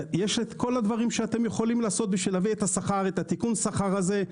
יש את כל הדברים שאתם יכולים לעשות בשביל להביא את תיקון השכר הזה.